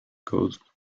coast